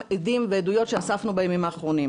עדים ועדויות שאספנו בימים האחרונים.